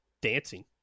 dancing